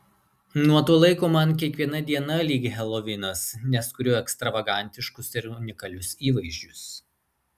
nuo to laiko man kiekviena diena lyg helovinas nes kuriu ekstravagantiškus ir unikalius įvaizdžius